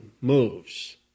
moves